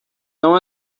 não